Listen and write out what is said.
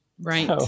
Right